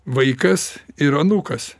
vaikas ir anūkas